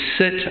sit